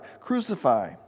Crucify